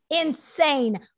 insane